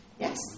Yes